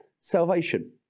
Salvation